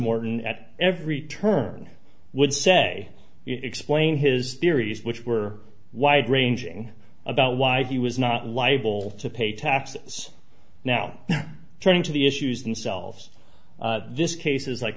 morton at every turn would say explain his theories which were wide ranging about why he was not liable to pay taxes now turning to the issues themselves this case is like